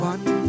One